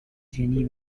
jenny